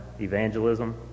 evangelism